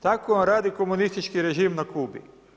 Tako vam radi komunistički režim na Kubi.